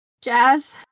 Jazz